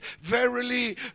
Verily